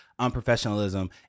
unprofessionalism